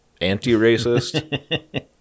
anti-racist